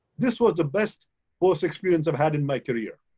this was the best course experience i've had in my career.